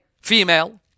female